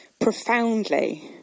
profoundly